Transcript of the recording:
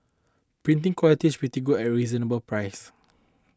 printing quality pretty good at reasonable prices